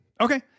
okay